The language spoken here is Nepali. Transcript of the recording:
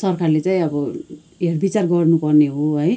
सरकारले चाहिँ अब हेरविचार गर्नुपर्ने हो है